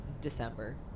december